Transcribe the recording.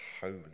holy